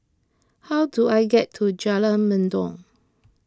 how do I get to Jalan Mendong